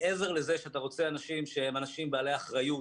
מעבר לזה שאתה רוצה אנשים שהם אנשים בעלי אחריות